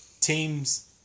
teams